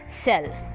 cell